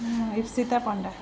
Ipsita Panda